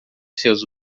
seus